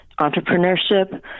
entrepreneurship